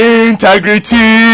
integrity